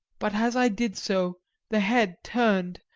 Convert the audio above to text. but as i did so the head turned,